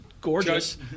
gorgeous